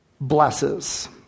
blesses